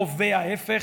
או/ו ההפך,